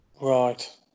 right